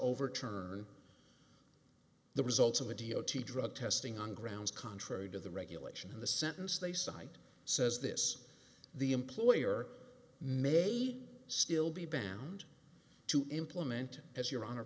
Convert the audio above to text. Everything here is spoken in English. overturn the results of a d o t drug testing on grounds contrary to the regulation in the sentence they cite says this the employer may still be bound to implement as your honor